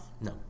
No